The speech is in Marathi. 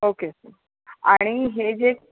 ओके सर आणि हे जे